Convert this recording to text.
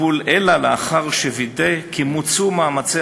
טיפול אלא לאחר שווידא כי מוצו מאמצי